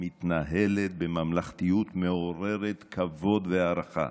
מתנהלת בממלכתיות מעוררת כבוד והערכה,